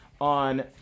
on